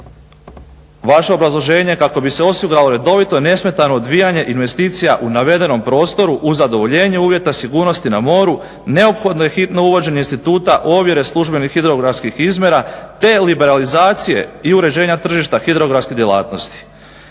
vaše obrazloženje kako bi se osiguralo redovito i nesmetano odvijanje investicija u navedenom prostoru uz zadovoljenje uvjeta sigurnosti na moru neophodno je hitno uvođenje instituta ovjere službenih hidrografskih izmjera, te liberalizacije i uređenja tržišta hidrografske djelatnosti.